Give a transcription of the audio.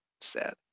Sad